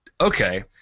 okay